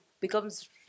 becomes